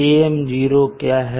AM0 क्या है